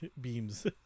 beams